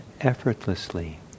effortlessly